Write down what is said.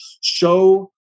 show